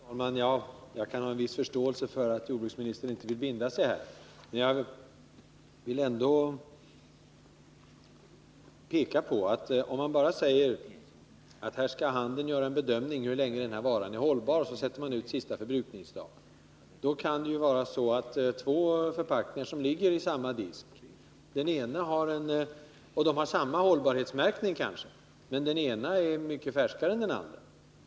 Herr talman! Jag kan ha en viss förståelse för att jordbruksministern inte vill binda sig här. Men jag vill ändå peka på att om man bara säger att handeln skall göra en bedömning av hur länge varan är hållbar och sätta ut sista förbrukningsdag kan det vara så att av två förpackningar som ligger i samma disk — de kanske också har samma hållbarhetsmärkning — den ena är mycket färskare än den andra.